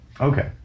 Okay